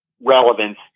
relevance